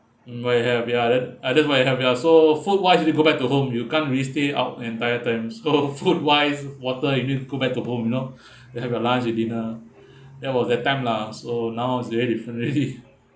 mm ya you have ya other~ otherwise so food wise you go back to home you can't really stay out the entire time so food wise water you need to go back to home you know to have your lunch and dinner that was that time lah so now it's very different already